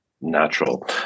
natural